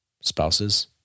spouses